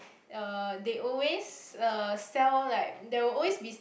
uh they always uh sell like there will always be